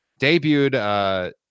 Debuted